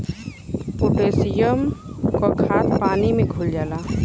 potassium क खाद पानी में घुल जाला